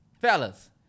Fellas